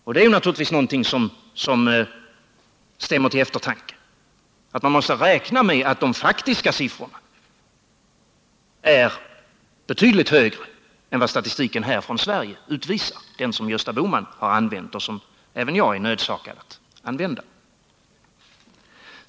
Det stämmer naturligtvis till eftertanke att man måste räkna med att de faktiska siffrorna är betydligt högre än vad den svenska statistiken utvisar, dvs. den som Gösta Bohman har använt och som även jag är nödsakad att använda.